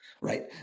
right